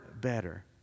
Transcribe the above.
better